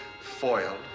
Foiled